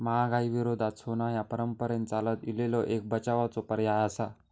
महागाई विरोधात सोना ह्या परंपरेन चालत इलेलो एक बचावाचो पर्याय आसा